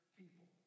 people